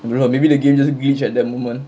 bro maybe the game just glitch at the moment